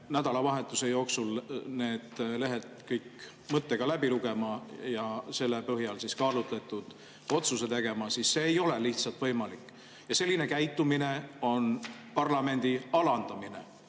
nädalavahetuse jooksul selle teksti kõik mõttega läbi lugema ja selle põhjal kaalutletud otsuse tegema, siis see ei ole lihtsalt võimalik. Ja selline käitumine on parlamendi alandamine,